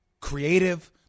creative